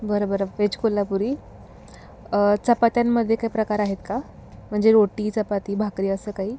बरं बरं वेज कोल्हापुरी चपात्यांमध्ये काही प्रकार आहेत का म्हणजे रोटी चपाती भाकरी असं काही